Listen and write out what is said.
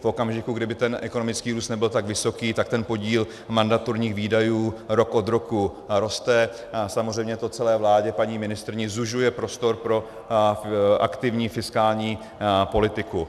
V okamžiku, kdy by ten ekonomický růst nebyl tak vysoký, tak podíl mandatorních výdajů rok od roku roste a samozřejmě to celé vládě a paní ministryni zužuje prostor pro aktivní fiskální politiku.